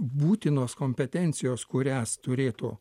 būtinos kompetencijos kurias turėtų